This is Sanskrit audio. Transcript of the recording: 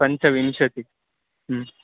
पञ्चविंशतिः